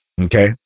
Okay